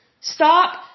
Stop